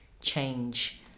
change